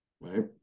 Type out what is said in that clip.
right